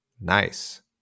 nice